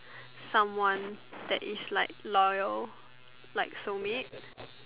someone that is like loyal like soul mate